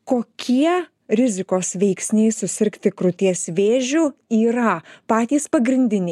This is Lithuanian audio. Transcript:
kokie rizikos veiksniai susirgti krūties vėžiu yra patys pagrindiniai